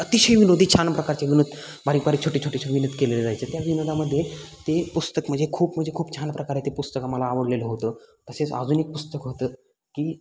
अतिशय विनोदी छान प्रकारचे विनोद बारीक बारीक छोटे छोटेच्या विनोद केलेले जायचे त्या विनोदामदे ते पुस्तक म्हणजे खूप म्हणजे खूप छान प्रकारे ते पुस्तक आम्हाला आवडलेलं होतं तसेच अजून एक पुस्तक होतं की